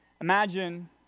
Imagine